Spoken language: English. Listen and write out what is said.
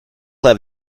have